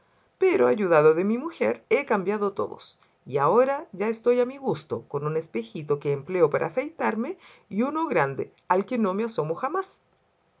pero ayudado de mi mujer he cambiado todos y ahora ya estoy a mi gusto con un espejito que empleo para afeitarme y uno grande al que no me asomo jamás